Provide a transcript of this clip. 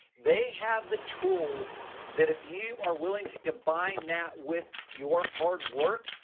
they have the tools that if you are willing to combine that with your hard work,